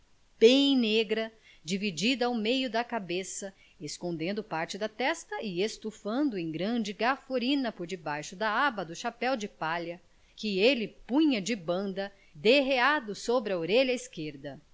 bem negra dividida ao meio da cabeça escondendo parte da testa e estufando em grande gaforina por debaixo da aba do chapéu de palha que ele punha de banda derreado sobre a orelha esquerda